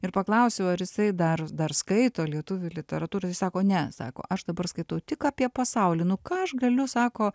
ir paklausiau ar jisai dar dar skaito lietuvių literatūroje sako ne sako aš dabar skaitau tik apie pasaulį ką aš galiu sako